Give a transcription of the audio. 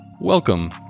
Welcome